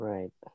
Right